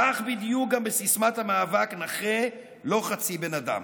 כך בדיוק גם בסיסמת המאבק "נכה לא חצי בן אדם",